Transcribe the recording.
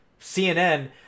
CNN